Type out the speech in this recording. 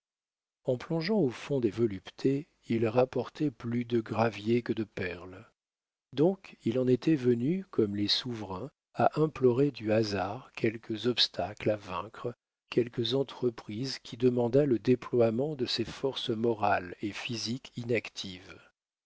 en plongeant au fond des voluptés il en rapportait plus de gravier que de perles donc il en était venu comme les souverains à implorer du hasard quelque obstacle à vaincre quelque entreprise qui demandât le déploiement de ses forces morales et physiques inactives